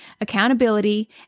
accountability